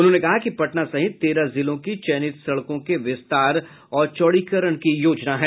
उन्होंने कहा कि पटना सहित तेरह जिलों की चयनित सड़कों के विस्तार और चौड़ीकरण की योजना है